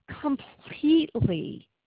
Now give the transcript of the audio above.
completely